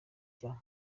rya